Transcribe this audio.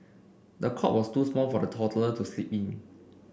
the cot was too small for the toddler to sleep in